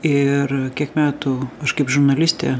ir kiek metų aš kaip žurnalistė